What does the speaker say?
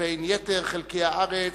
לבין יתר חלקי הארץ,